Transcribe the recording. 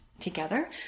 together